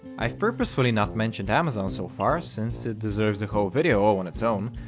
i've purposefully not mentioned amazon so far since it deserves a whole video all on its own,